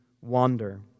wander